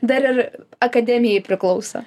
dar ir akademijai priklauso